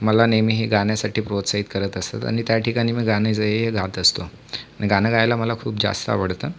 मला नेहमी हे गाण्यासाठी प्रोत्साहित करत असतात आणि त्याठिकाणी मी गाणे जे हे आहे गात असतो गाणं गायला मला खूप जास्त आवडतं